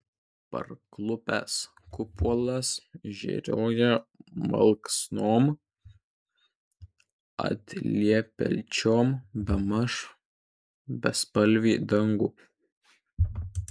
parklupęs kupolas žėruoja malksnom atliepiančiom bemaž bespalvį dangų